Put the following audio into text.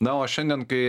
na o šiandien kai